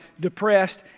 depressed